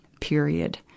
period